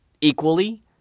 equally